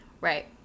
Right